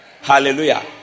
Hallelujah